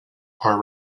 are